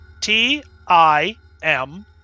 T-I-M